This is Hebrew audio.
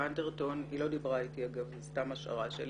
אגב, היא לא דיברה אתי, זו סתם השערה שלי